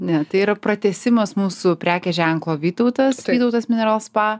ne tai yra pratęsimas mūsų prekės ženklo vytautas vytautas mineral spa